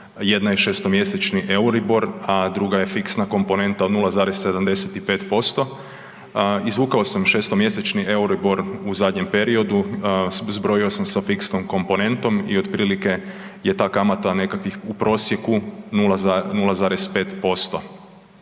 jedna je 6-mjesečni Euribor, a druga je fiksna komponenta od 0,75%. Izvukao sam 6-mjesečni Euribor u zadnjem periodu, zbrojio sam sa fiksnom komponentom i otprilike je ta kamata nekakvih, u prosjeku 0,5%